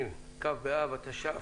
2020. כ' באב התש"ף,